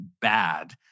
bad